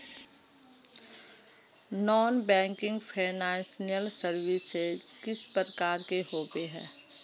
Non banking financial services किस प्रकार के होबे है?